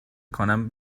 کنم